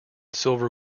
silver